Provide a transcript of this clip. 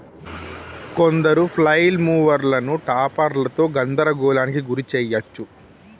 కొందరు ఫ్లైల్ మూవర్లను టాపర్లతో గందరగోళానికి గురి చేయచ్చు